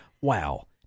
Wow